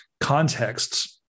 contexts